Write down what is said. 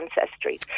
ancestry